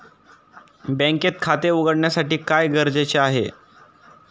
बँकेत खाते उघडण्यासाठी काय गरजेचे आहे?